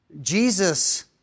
Jesus